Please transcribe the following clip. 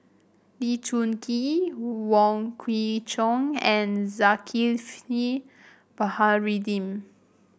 Lee Choon Kee Wong Kwei Cheong and Zulkifli Baharudin